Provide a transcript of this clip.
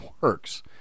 works